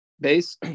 base